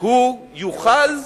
הוא יוכל,